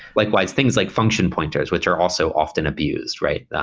likewise, things like function pointers, which are also often abused, right?